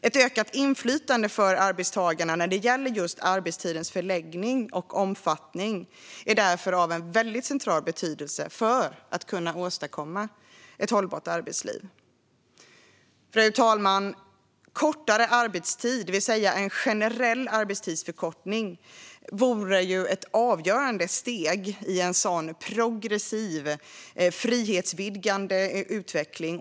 Ett ökat inflytande för arbetstagarna när det gäller just arbetstidens förläggning och omfattning är därför av central betydelse för att kunna åstadkomma ett hållbart arbetsliv. Fru talman! Kortare arbetstid, det vill säga en generell arbetstidsförkortning, vore ett avgörande steg i en sådan progressiv, frihetsvidgande utveckling.